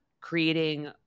creating